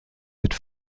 mit